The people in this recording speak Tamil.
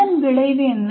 இதன் விளைவு என்ன